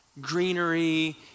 greenery